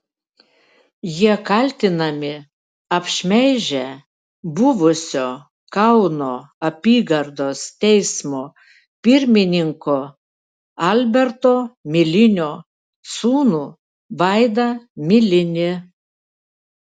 jie kaltinami apšmeižę buvusio kauno apygardos teismo pirmininko alberto milinio sūnų vaidą milinį